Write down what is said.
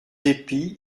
épis